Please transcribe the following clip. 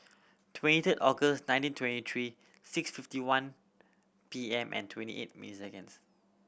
twenty third August nineteen twenty three six fifty one P M and twenty eight minute seconds